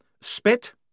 Spit